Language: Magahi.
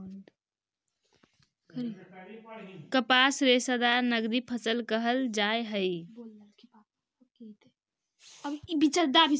कपास रेशादार नगदी फसल कहल जा हई